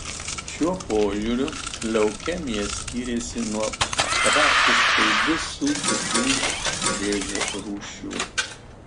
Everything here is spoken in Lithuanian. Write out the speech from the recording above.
šiuo požiūriu leukemija skyrėsi nuo praktiškai visų kitų vėžio rūšių